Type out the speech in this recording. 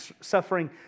suffering